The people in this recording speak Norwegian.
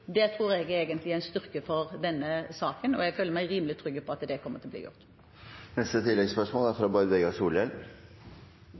Det tror jeg egentlig er en styrke for denne saken, og jeg føler meg rimelig trygg på at det kommer til å bli gjort.